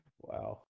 Wow